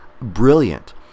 brilliant